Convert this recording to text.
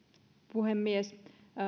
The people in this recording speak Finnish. puhemies